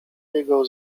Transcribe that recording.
jego